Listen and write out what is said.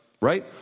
right